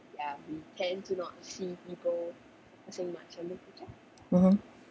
mmhmm